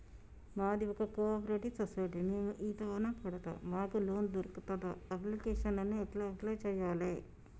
మాది ఒక cooperative society మేము ఈత వనం పెడతం మాకు లోన్ దొర్కుతదా? అప్లికేషన్లను ఎట్ల అప్లయ్ చేయాలే?